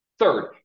Third